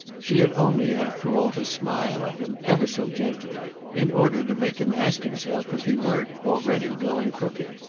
she had only after all to smile at him ever so gently in order to make him ask himself if he weren't already going crooked.